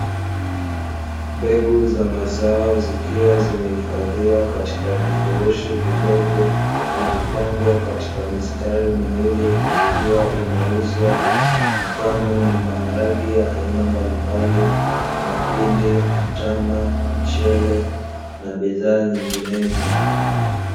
Mbegu za mazao zikiwa zimehifadhiwa katika vifurushi vidogo na kupangwa katika mistari miwili, ikiwa inauzwa, mfano; ni maharage aina mbalimbali, mahindi, mtama, mchele na bidhaa nyinginezo.